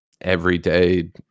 everyday